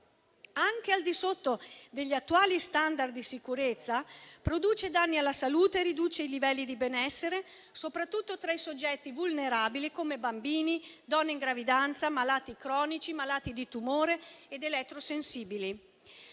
Anche al di sotto degli attuali *standard* di sicurezza, produce danni alla salute e riduce i livelli di benessere, soprattutto tra i soggetti vulnerabili, come bambini, donne in gravidanza, malati cronici, malati di tumore ed elettrosensibili.